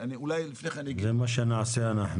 אולי לפני כן אני אגיד --- זה מה שנעשה אנחנו.